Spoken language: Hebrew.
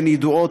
הן ידועות,